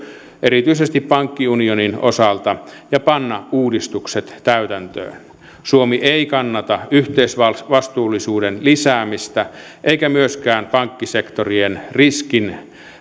erityisesti pankkiunionin osalta ja panna uudistukset täytäntöön suomi ei kannata yhteisvastuullisuuden lisäämistä eikä myöskään pankkisektorien riskin